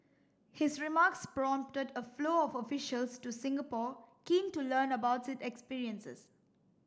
his remarks prompted a flow of officials to Singapore keen to learn about its experiences